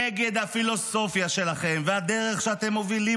נגד הפילוסופיה שלכם והדרך שאתם מובילים,